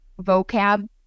vocab